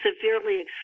severely